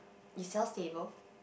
it sells table